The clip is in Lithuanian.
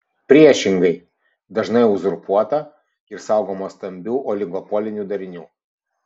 priešingai dažnai uzurpuota ir saugoma stambių oligopolinių darinių